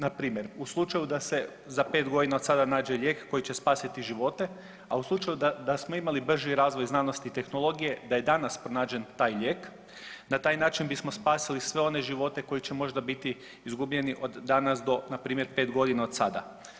Npr. u slučaju da se za pet godina od sada nađe lijek koji će spasiti živote, a u slučaju da smo imali brži razvoj znanosti i tehnologije, da je danas pronađen taj lijek na taj način bismo spasili sve one živote koji će možda biti izgubljeni od danas do npr. pet godina od sada.